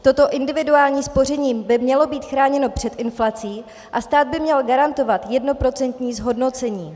Toto individuální spoření by mělo být chráněno před inflací a stát by měl garantovat jednoprocentní zhodnocení.